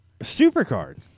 Supercard